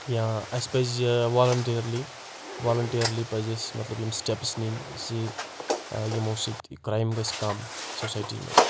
یا اسہِ پزِ یہِ وَالَنٛٹِیَرلِی وَالَنٛٹِیَرلِی پزِ اَسہِ مطلب یِم سِٹٮ۪پٕس نِنۍ یُس یہِ یِمو سۭتۍ کرایِم گژھِ کم سوسَایِٚٹِی منٛز